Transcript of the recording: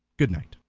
good-night.